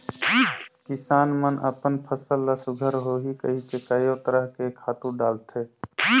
किसान मन अपन फसल ल सुग्घर होही कहिके कयो तरह के खातू डालथे